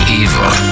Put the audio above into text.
evil